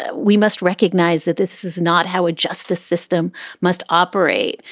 ah we must recognize that this is not how a justice system must operate.